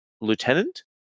Lieutenant